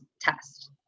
test